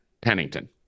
Pennington